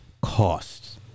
costs